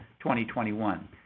2021